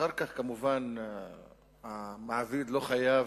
אחר כך כמובן המעביד לא חייב,